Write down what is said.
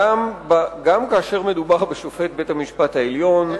גם כאשר מדובר בשופט בית-המשפט העליון,